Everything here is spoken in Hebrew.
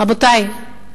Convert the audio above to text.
רבותי,